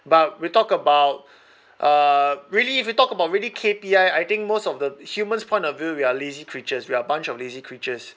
but we talk about uh really if you talk about really K_P_I think most of the human's point of view we are lazy creatures we are a bunch of lazy creatures